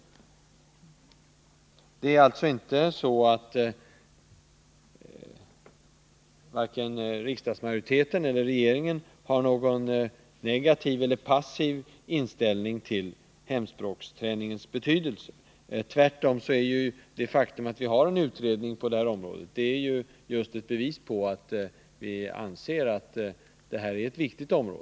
Det är alltså inte så att riksdagsmajoriteten eller regeringen har någon negativ eller passiv inställning till hemspråksträningens betydelse. Tvärtom, det faktum att vi har en utredning på detta område är ett bevis på att vi anser att det är viktigt.